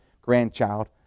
grandchild